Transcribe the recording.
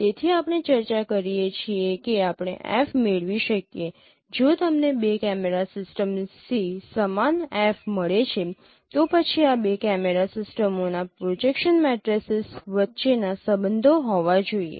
તેથી આપણે ચર્ચા કરીએ છીએ કે આપણે F મેળવી શકીએ જો તમને બે કેમેરા સિસ્ટમ્સથી સમાન F મળે છે તો પછી આ બે કેમેરા સિસ્ટમોના પ્રોજેક્શન મેટ્રિસિસ વચ્ચેના સંબંધો હોવા જોઈએ